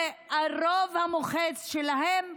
והרוב המוחץ שלהם הוא,